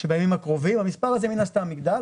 שבימים הקרובים המספר הזה מן הסתם יגדל,